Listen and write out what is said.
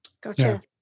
Gotcha